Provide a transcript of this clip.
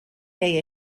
day